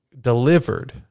delivered